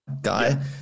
guy